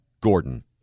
Gordon